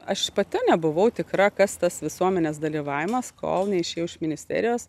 aš pati nebuvau tikra kas tas visuomenės dalyvavimas kol neišėjau iš ministerijos